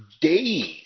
days